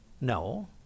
No